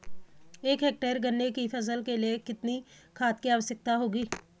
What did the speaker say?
एक हेक्टेयर गन्ने की फसल के लिए कितनी खाद की आवश्यकता होगी?